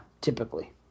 typically